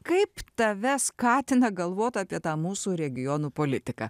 kaip tave skatina galvot apie tą mūsų regionų politiką